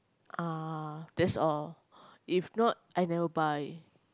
uh that's all if not I never buy